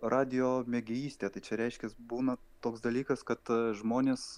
radijo megėjystė tai čia reiškias būna toks dalykas kad žmonės